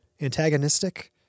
antagonistic